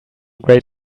great